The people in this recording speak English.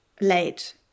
late